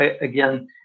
again